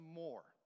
more